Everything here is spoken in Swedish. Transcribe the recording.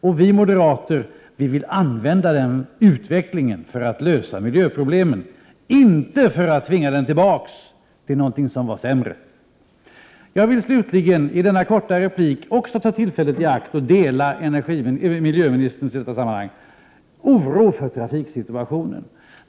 Och vi moderater vill använda den utvecklingen för att lösa miljöproblemen, inte för att tvinga världen tillbaka till något som var sämre. Jag vill slutligen i denna korta replik även ta tillfället i akt att dela miljöministerns oro för trafiksituationen.